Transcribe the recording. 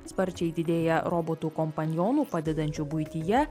sparčiai didėja robotų kompanjonų padedančių buityje